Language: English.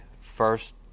first